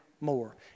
more